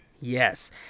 Yes